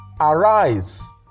arise